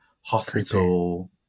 hospital